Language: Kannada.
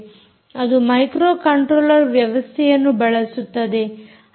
ಅದು ಮೈಕ್ರೋ ಕಂಟ್ರೋಲ್ಲರ್ ವ್ಯವಸ್ಥೆಯನ್ನು ಬಳಸುತ್ತದೆ